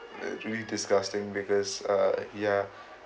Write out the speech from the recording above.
really disgusting because uh ya